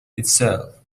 itself